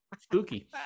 spooky